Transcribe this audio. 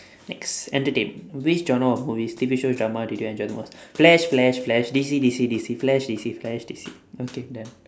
next entertainment which genre of movies T_V show drama did you enjoy the most flash flash flash D_C D_C D_C flash D_C flash D_C okay done